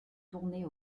tourner